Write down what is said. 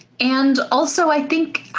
and also i think